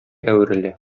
әверелә